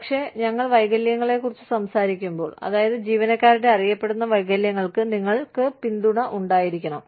പക്ഷേ ഞങ്ങൾ വൈകല്യങ്ങളെക്കുറിച്ച് സംസാരിക്കുമ്പോൾ അതായത് ജീവനക്കാരുടെ അറിയപ്പെടുന്ന വൈകല്യങ്ങൾക്ക് നിങ്ങൾക്ക് പിന്തുണ ഉണ്ടായിരിക്കണം